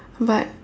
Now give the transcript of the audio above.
but